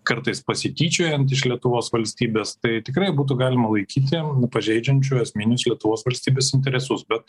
kartais pasityčiojant iš lietuvos valstybės tai tikrai būtų galima laikyti pažeidžiančiu esminius lietuvos valstybės interesus bet